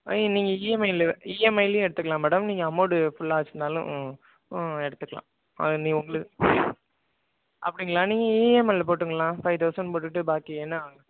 வை நீங்கள் E M ஐலவ E M ஐலயும் எடுத்துக்களா மேடம் நீங்கள் அமௌடு ஃபுல்லாச்சுனாலும் எடுத்துக்லாம் அது நீங்க உங்ளு அப்படிங்ளா நீங்கள் இ எம் ஐயில போட்டுக்களா ஃபை தெளசன்ட் போட்டுகிட்டு பாக்கியை நான்